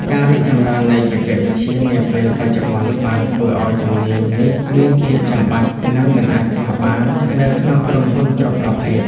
ការរីកចម្រើននៃបច្ចេកវិទ្យានាពេលបច្ចុប្បន្នបានធ្វើឱ្យជំនាញនេះមានភាពចាំបាច់និងមិនអាចខ្វះបាននៅក្នុងក្រុមហ៊ុនគ្រប់ប្រភេទ។